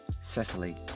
Cecily